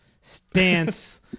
stance